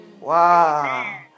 Wow